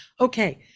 okay